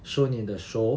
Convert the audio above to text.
shown in the show